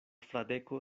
fradeko